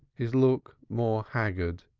his look more haggard,